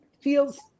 feels